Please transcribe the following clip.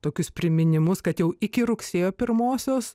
tokius priminimus kad jau iki rugsėjo pirmosios